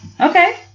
Okay